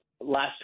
Last